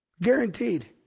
Guaranteed